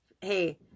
hey